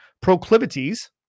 proclivities